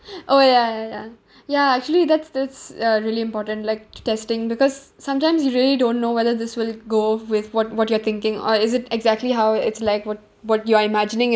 oh ya ya ya ya actually that's that's uh really important like testing because sometimes you really don't know whether this will go with what what you're thinking or is it exactly how it's like what what you're imagining it